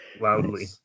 Loudly